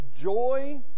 joy